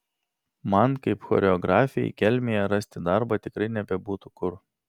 man kaip choreografei kelmėje rasti darbą tikrai nebebūtų kur